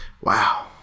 wow